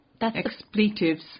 expletives